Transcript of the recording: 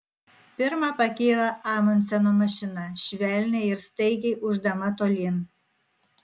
pirma pakyla amundseno mašina švelniai ir staigiai ūždama tolyn